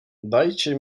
dajcie